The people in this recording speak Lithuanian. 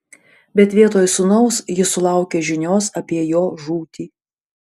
bet vietoj sūnaus ji sulaukė žinios apie jo žūtį